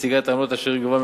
מציגה את העמלות אשר היא גובה,